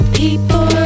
people